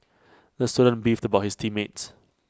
the student beefed about his team mates